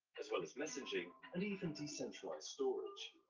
as well as messaging and even decentralized storage.